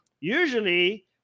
usually